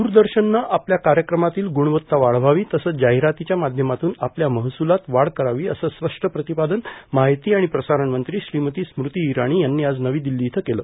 दूरदर्शनने आपल्या कार्यक्रमातील गुणवत्ता वाढवावी तसंच जाहिरातीच्या माध्यमातून आपल्या महसुलात वाढ करावी असे स्पष्ट प्रतिपादन माहिती आणि प्रसारण मंत्री श्रीमती स्मृती इराणी यांनी आज नवी दिल्ली इथे केलं